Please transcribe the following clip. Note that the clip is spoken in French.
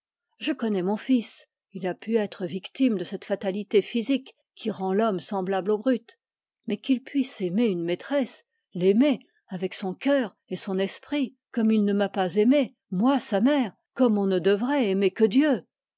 je connais mon fils il a pu être victime de cette fatalité physique qui rend l'homme semblable aux brutes mais qu'il puisse aimer une maîtresse l'aimer avec son cœur et son esprit comme il ne m'a pas aimée moi sa mère comme on ne devrait aimer que dieu